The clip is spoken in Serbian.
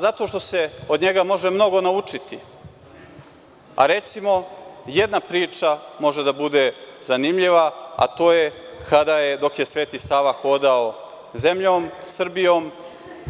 Zato što se od njega može mnogo naučiti, a recimo, jedna priča može da bude zanimljiva, a to je kada je, dok je Sveti Sava hodao zemljom Srbijom,